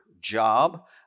job